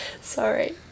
Sorry